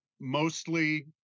mostly